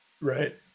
Right